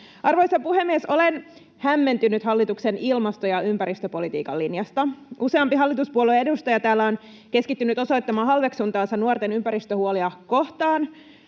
Arvoisa puhemies! Olen hämmentynyt hallituksen ilmasto- ja ympäristöpolitiikan linjasta. Useampi hallituspuolueen edustaja täällä on keskittynyt osoittamaan halveksuntaansa nuorten ympäristöhuolia kohtaan.